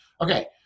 Okay